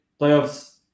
playoffs